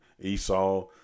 Esau